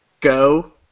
Go